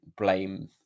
blame